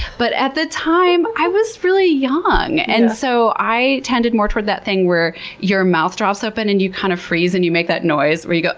but at the time i was really young. and so, i tended more toward that thing where your mouth drops open and you kind of freeze and you make that noise where you go